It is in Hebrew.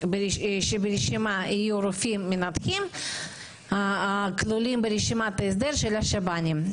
שברשימה יהיו רופאים מנתחים הכלולים ברשימת ההסדר של השב"נים.